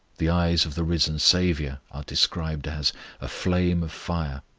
the eyes of the risen saviour are described as a flame of fire,